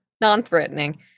non-threatening